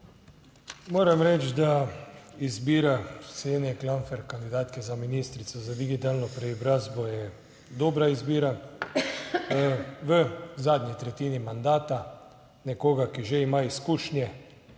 Moram reči, da izbira Ksenije Klampfer, kandidatke za ministrico za digitalno preobrazbo, je dobra izbira, v zadnji tretjini mandata nekoga, ki že ima izkušnje